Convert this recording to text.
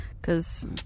Cause